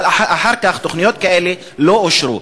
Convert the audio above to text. אבל אחר כך תוכניות כאלה לא אושרו.